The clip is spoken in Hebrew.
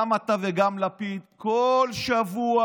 גם אתה וגם לפיד כל שבוע,